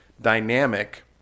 dynamic